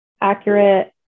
accurate